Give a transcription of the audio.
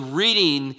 reading